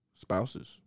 spouses